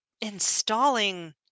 installing